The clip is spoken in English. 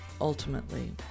ultimately